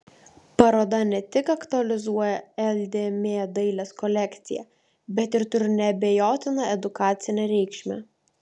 paroda ne tik aktualizuoja ldm dailės kolekciją bet ir turi neabejotiną edukacinę reikšmę